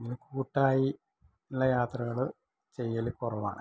പിന്നെ കൂട്ടായി ഇള്ള യാത്രകള് ചെയ്യല് കുറവാണ്